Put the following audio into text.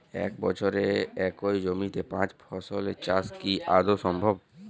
এক বছরে একই জমিতে পাঁচ ফসলের চাষ কি আদৌ সম্ভব?